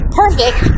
perfect